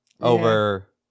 over